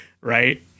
right